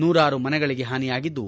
ನೂರಾರು ಮನೆಗಳಿಗೆ ಹಾನಿಯಾಗಿದ್ದು